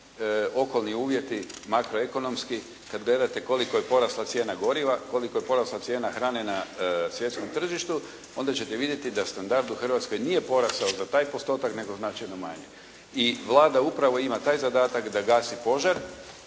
okolni uvjeti, makroekonomski, kada gledate koliko je porasla cijena goriva, koliko je porasla cijena hrane na svjetskom tržištu, onda ćete vidjeti da standard u Hrvatskoj nije porastao za taj postotak nego značajno manje. I Vlada upravo ima taj zadatak da gasi požar,